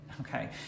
okay